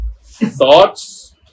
thoughts